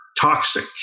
toxic